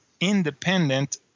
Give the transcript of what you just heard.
independent